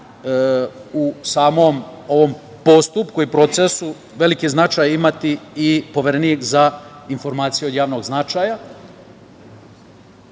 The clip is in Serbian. u samom ovom postupku i procesu veliki značaj imati i Poverenik za informacije od javnog značaja,